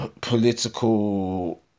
political